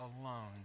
alone